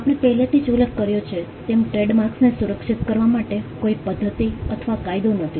આપણે પહેલેથી જ ઉલ્લેખ કર્યો છે તેમ ટ્રેડમાર્ક્સને સુરક્ષિત કરવા માટે કોઈ પદ્ધતિ અથવા કાયદો નથી